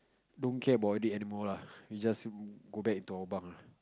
don't care about it anymore lah we just go back to our bunk lah